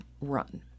run